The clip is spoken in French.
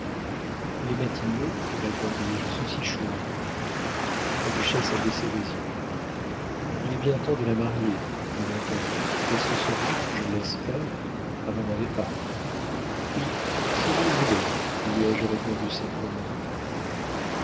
les matinées répondis-je sont si chaudes la duchesse a baissé les yeux il est bien temps de la marier dit mon père et ce sera je l'espère avant mon départ oui si vous le voulez lui ai-je répondu simplement